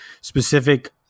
specific